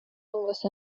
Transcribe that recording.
واسه